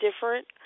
different